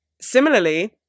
similarly